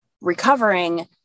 recovering